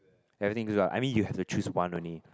everything good lah I mean you have to choose one only